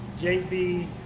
JB